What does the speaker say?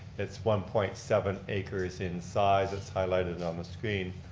it's one point seven acres in size, it's highlighted on the screen.